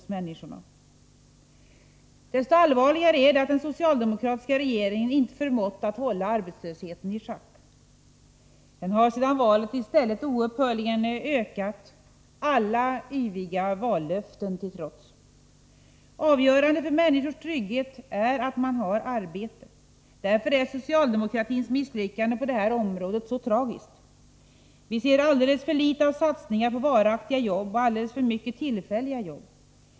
Så mycket mer allvarligt är det att den socialdemokratiska regeringen inte har förmått att hålla arbetslösheten i schack. Arbetslösheten har sedan valet i stället oupphörligen ökat, alla yviga vallöften till trots. Avgörande för människors trygghet är att de har arbete. Därför är socialdemokratins misslyckande på detta område så tragiskt. Vi ser alldeles för litet av satsningar på varaktiga jobb och alldeles för mycket tillfälliga jobb.